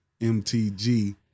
MTG